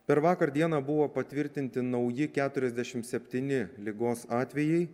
per vakar dieną buvo patvirtinti nauji keturiasdešimt septyni ligos atvejai